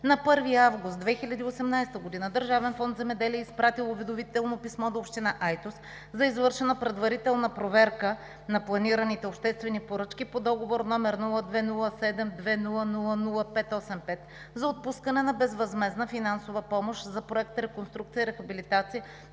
На 1 август 2018 г. Държавен фонд „Земеделие“ е изпратил уведомително писмо до община Айтос за извършена предварителна проверка на планираните обществени поръчки по Договор, № 02072000585, за отпускане на безвъзмездна финансова помощ за Проекта „Реконструкция и рехабилитация